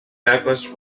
douglas